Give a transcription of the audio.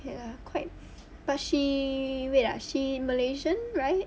ya quite but she wait ah she malaysian right